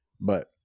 But-